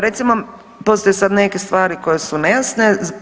Recimo postoje sad neke stvari koje su nejasne.